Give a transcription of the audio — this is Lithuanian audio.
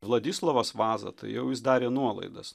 vladislovas vaza tai jau jis darė nuolaidas